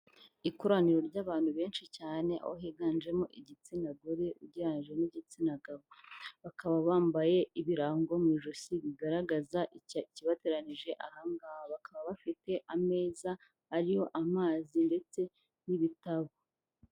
Ikoraniro ry'abantu benshi cyane aho higanjemo igitsina gore ugereranyije n'igitsina gabo, bakaba bambaye ibirango mu ijosi bigaragaza ikibateranije bakaba bafite ameza ariho amazi ndetse n'ibitabo.